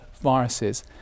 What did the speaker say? viruses